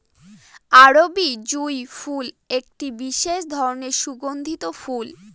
আরবি জুঁই ফুল একটি বিশেষ ধরনের সুগন্ধি ফুল